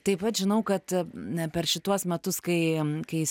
taip pat žinau kad a per šituos metus kai